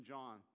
John